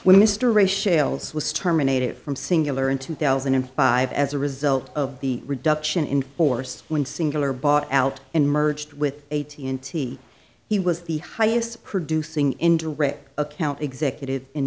when mr ray shales was terminated from cingular in two thousand and five as a result of the reduction in force when cingular bought out and merged with a t n t he was the highest producing indirect account executive in